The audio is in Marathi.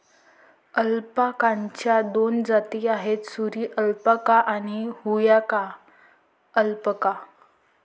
अल्पाकाच्या दोन जाती आहेत, सुरी अल्पाका आणि हुआकाया अल्पाका